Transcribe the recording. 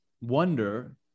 wonder